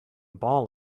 ball